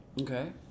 okay